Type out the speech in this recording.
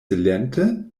silente